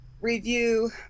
review